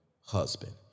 husband